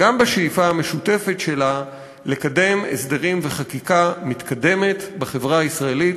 אלא גם בשאיפה המשותפת שלה לקדם הסדרים וחקיקה מתקדמים בחברה הישראלית,